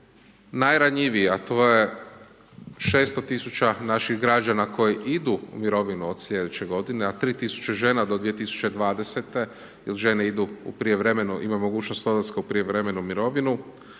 najranjiviji, a to je 600000 naših građana koji idu u mirovinu od sljedeće godine, a 3000 žena do 2020.-te, jer žene idu u prijevremenu, ima mogućnost odlaska u prijevremenu mirovinu,